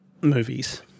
movies